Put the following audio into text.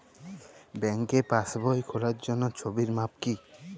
ব্যাঙ্কে পাসবই খোলার জন্য ছবির মাপ কী?